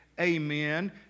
amen